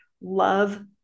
love